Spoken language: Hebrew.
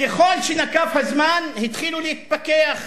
ככל שנקף הזמן התחילו להתפכח,